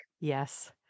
Yes